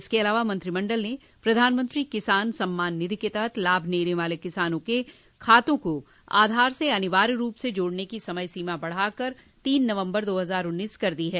इसके अलावा मंत्रिमंडल ने प्रधानमंत्री किसान सम्मान निधि के तहत लाभ लेने वाले किसानों के खातों को आधार से अनिवार्य रूप से जोड़ने की समय सीमा बढ़ाकर तीन नवम्बर दो हजार उन्नीस कर दी है